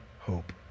hope